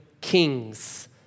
kings